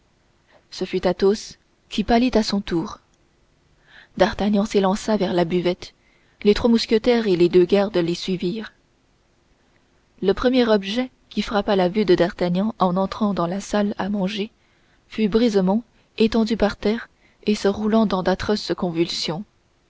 ce fut athos qui pâlit à son tour d'artagnan s'élança vers la buvette les trois mousquetaires et les deux gardes l'y suivirent le premier objet qui frappa la vue de d'artagnan en entrant dans la salle à manger fut brisemont étendu par terre et se roulant dans d'atroces convulsions